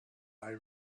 they